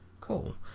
cool